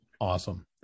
Awesome